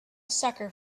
sucker